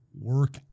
work